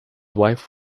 wife